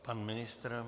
Pan ministr?